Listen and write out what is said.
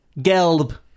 Gelb